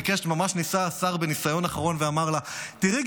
ביקש וממש ניסה השר בניסיון אחרון ואמר לה: תראי,